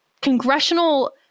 congressional